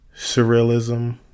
surrealism